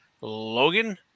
Logan